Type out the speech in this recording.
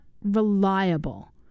reliable